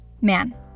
man